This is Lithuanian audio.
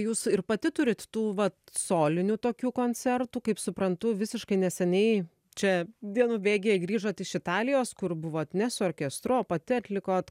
jūs ir pati turit tų vat solinių tokių koncertų kaip suprantu visiškai neseniai čia dienų bėgyje grįžot iš italijos kur buvot ne su orkestru o pati atlikot